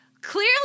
Clearly